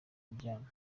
kuryama